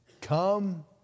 Come